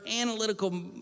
analytical